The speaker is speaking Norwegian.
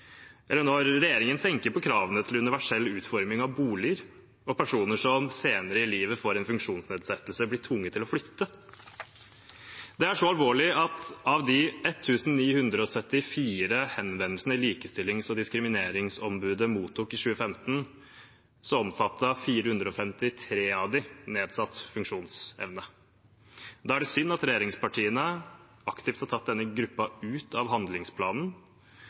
eller når regjeringen firer på kravene til universell utforming av boliger, og personer som senere i livet får en funksjonsnedsettelse, blir tvunget til å flytte. Det er så alvorlig at av de 1 974 henvendelsene Likestillings- og diskrimineringsombudet mottok i 2015, omfattet 453 av dem nedsatt funksjonsevne. Da er det synd at regjeringspartiene aktivt har tatt denne gruppen ut av handlingsplanen,